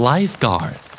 Lifeguard